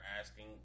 asking